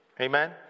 Amen